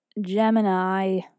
Gemini